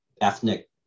ethnic